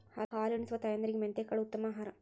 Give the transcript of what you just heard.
ಹಾಲುನಿಸುವ ತಾಯಂದಿರಿಗೆ ಮೆಂತೆಕಾಳು ಉತ್ತಮ ಆಹಾರ